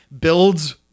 builds